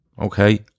okay